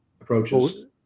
approaches